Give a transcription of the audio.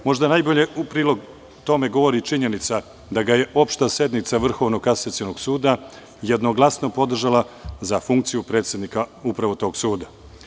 Možda najbolje u prilog tome govori činjenica da ga je Opšta sednica Vrhovnog kasacionog suda jednoglasno podržala za funkciju predsednika upravo tog suda.